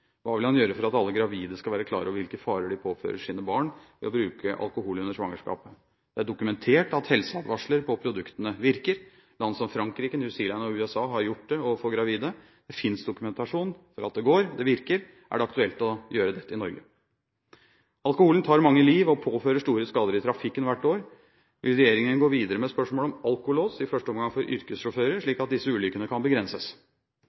Hva vil han gjøre for at alle gravide skal være klar over hvilke farer de påfører sine barn ved å bruke alkohol under svangerskapet? Det er dokumentert at helseadvarsler på produktene virker. Land som Frankrike, New Zealand og USA har det, overfor gravide. Det finnes dokumentasjon på at det virker. Er det aktuelt å gjøre dette i Norge? Alkoholen tar mange liv og påfører store skader i trafikken hvert år. Vil regjeringen gå videre med spørsmålet om alkolås, i første omgang for yrkessjåfører, slik at disse ulykkene kan begrenses?